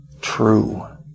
true